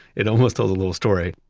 it almost tells a little story.